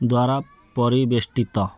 ଦ୍ୱାରା ପରିବେଷ୍ଟିତ